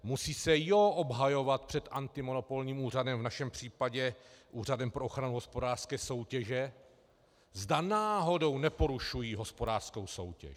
Musí se jó obhajovat před antimonopolním úřadem, v našem případě Úřadem pro ochranu hospodářské soutěže, zda náhodou neporušují hospodářskou soutěž.